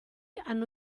hanno